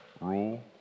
rule